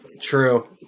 True